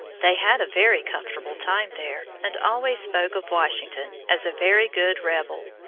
they had a very comfortable time there, and always spoke of washington as a very good rebel.